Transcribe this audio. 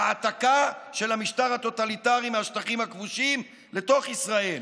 העתקה של המשטר הטוטליטרי מהשטחים הכבושים לתוך ישראל.